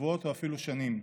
שבועות ואפילו שנים.